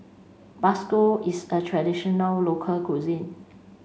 bakso is a traditional local cuisine